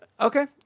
Okay